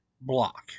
block